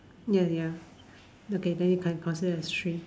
ya ya okay then you can consider as three